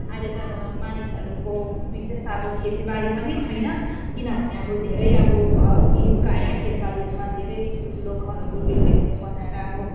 अहिले चाहिँ अब मानिसहरूको विशेष त अब खेतीबारी पनि छैन किनभने अब धेरै अब प्रायः खेतबारीहरूमा धेरै ठुल्ठुलो घरहरू बिल्डिङहरू बनाएर अब